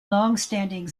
longstanding